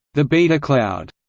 the beta cloud,